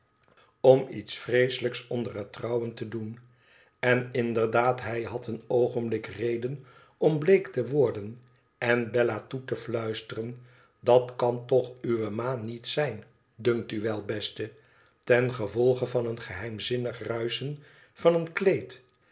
om iets vreeselijks onder het trouwen te doen n inderdaad hij had een oogenblik reden om bleek te worden en bella toe te fluisteren dat kan toch uwe ma niet zijn dunkt u wel beste ten gevolge van een geheimzinnig ruischen van een kleed